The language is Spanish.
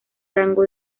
rango